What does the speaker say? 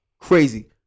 Crazy